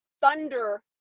thunder